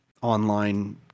online